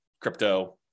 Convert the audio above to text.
crypto